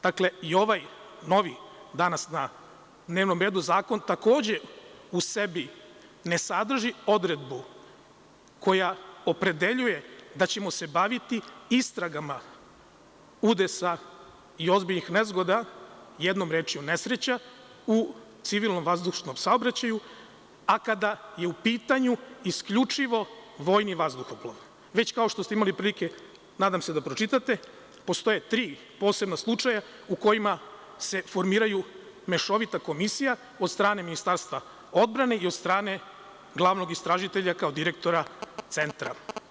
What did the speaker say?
Dakle, i ovaj novi zakon, koji je danas na dnevnom redu, takođe u sebi ne sadrži odredbu koja opredeljuje da ćemo se baviti istragama udesa i ozbiljnih nezgoda, jednom rečju nesreća u civilnom vazdušnom saobraćaju, a kada je u pitanju isključivo vojni vazduhoplov, već, kao što ste imali prilike, nadam se, da pročitate, postoje tri posebna slučaja u kojima se formiraju mešovite komisije od strane Ministarstva odbrane i od strane glavnog istražitelja kao direktora centra.